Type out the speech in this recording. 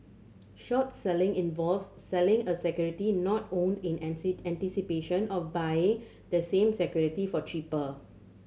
short selling involves selling a security not owned in anticipation of buying the same security for cheaper